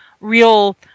real –